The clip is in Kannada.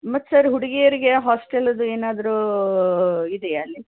ಮತ್ತು ಸರ್ ಹುಡುಗಿಯರಿಗೆ ಹಾಸ್ಟೆಲದು ಏನಾದರೂ ಇದೆಯಾ ಅಲ್ಲಿ